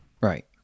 right